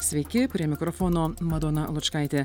sveiki prie mikrofono madona lučkaitė